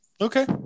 Okay